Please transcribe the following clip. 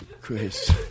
Chris